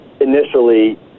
initially